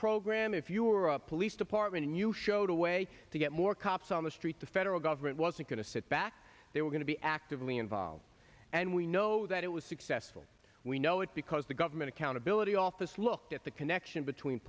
program if you were a police department and you showed a way to get more cops on the street the federal government wasn't going to sit back they were going to be actively involved and we know that it was successful we know it because the government accountability office looked at the connection between